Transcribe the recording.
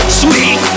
sweet